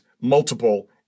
multiple